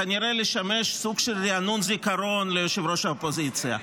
כנראה לשמש סוג של ריענון זיכרון ליושב-ראש האופוזיציה.